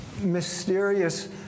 mysterious